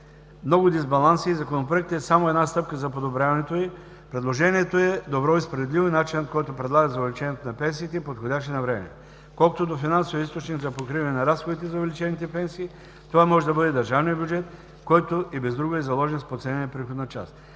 много дисбаланси и Законопроектът е само една стъпка за подобряването й, предложението е добро и справедливо и начинът, който предлагат за увеличението на пенсиите, е подходящ и навременен. Колкото до финансовия източник за покриване на разходите за увеличените пенсии, това може да бъде държавният бюджет, който и без друго е заложен с подценена приходна част.